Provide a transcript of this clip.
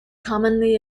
commonly